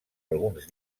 alguns